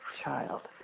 child